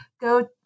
go